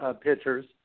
pitchers